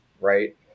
Right